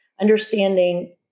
understanding